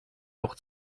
авах